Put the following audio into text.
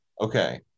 Okay